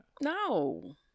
No